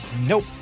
nope